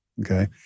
Okay